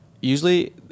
Usually